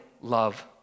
love